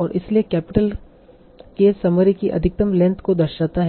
और इसलिए capital k summary की अधिकतम लेंथ को दर्शाता है